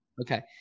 Okay